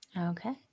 okay